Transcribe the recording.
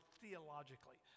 theologically